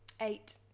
Eight